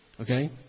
Okay